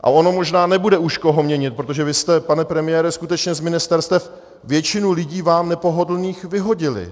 A ono možná nebude už koho měnit, protože vy jste, pane premiére, skutečně z ministerstev většinu lidí vám nepohodlných vyhodili.